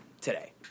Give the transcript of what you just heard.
today